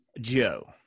Joe